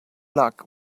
luck